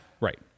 Right